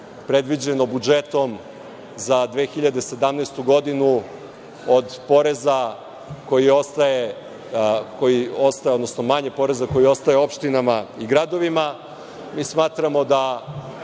predviđeno budžetom za 2017. godinu od poreza koji ostaje, odnosno manje poreza koji ostaje opštinama i gradovima. Mi smatramo da